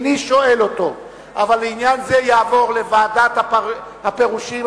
אבל עניין זה יעבור לוועדת הפירושים,